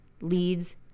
leads